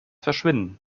verschwinden